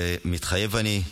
"מתחייב אני".